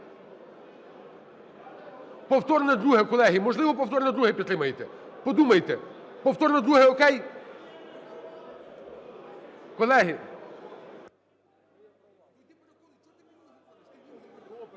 Повторне друге, колеги, можливо, повторне друге підтримаєте. Подумайте. Повторне друге, о'кей? Колеги,